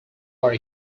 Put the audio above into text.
are